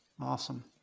Awesome